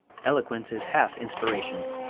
eloquence is half inspiration.